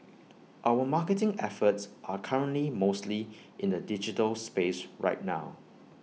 our marketing efforts are currently mostly in the digital space right now